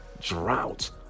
drought